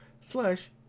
slash